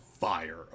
fire